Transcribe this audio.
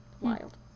Wild